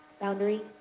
Boundary